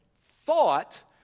thought